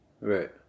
Right